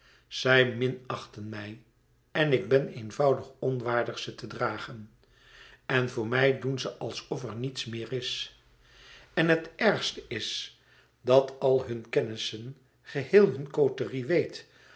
zij minachten mij en ik ben eenvoudig onwaardig ze te dragen en voor mij doen ze alsof er niets meer is en het ergste is dat al hun kennissen geheel hun côterie weet